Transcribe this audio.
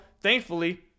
thankfully